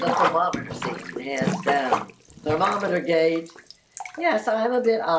like thermometer seen bands down thermometer gauge yes, i have a bit.